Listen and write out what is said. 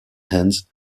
hands